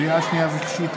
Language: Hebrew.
הישיבה,